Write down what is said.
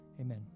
amen